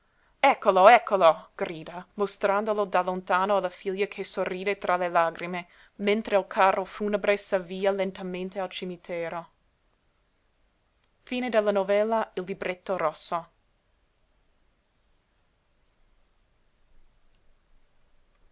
eccolo eccolo grida mostrandolo da lontano alla figlia che sorride tra le lagrime mentre il carro funebre s'avvia lentamente al cimitero una